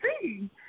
see